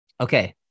Okay